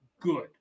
good